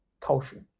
culture